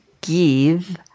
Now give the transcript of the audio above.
give